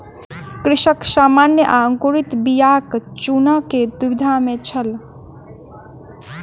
कृषक सामान्य आ अंकुरित बीयाक चूनअ के दुविधा में छल